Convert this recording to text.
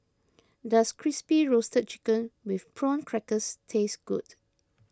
does Crispy Roasted Chicken with Prawn Crackers taste good